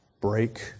break